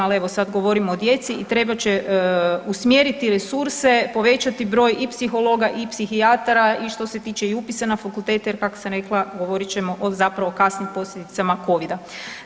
Ali evo sada govorimo o djeci i trebat će usmjeriti resurse, povećati broj i psihologa, i psihijatara i što se tiče i upisa na fakultete jer kako sam rekla govorit ćemo o zapravo kasnim posljedicama Covid-a.